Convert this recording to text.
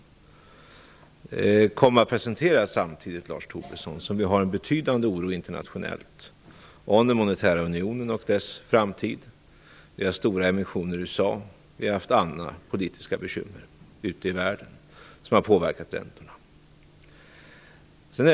Den kom, Lars Tobisson, att presenteras samtidigt som vi har en betydande oro internationellt om den monetära unionen och dess framtid. Vi har stora emissioner i USA. Vi har haft andra politiska bekymmer ute i världen som har påverkat räntorna.